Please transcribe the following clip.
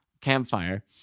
campfire